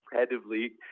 incredibly